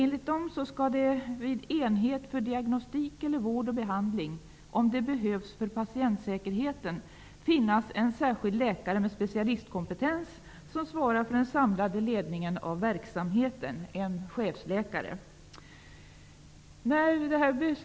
Enligt dem skall vid enhet för diagnostik eller vård och behandling, om det behövs för patientsäkerheten, finnas en särskild läkare med specialistkompetens, som svarar för den samlade ledningen av verksamheten -- en chefsläkare.